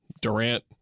Durant